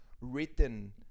written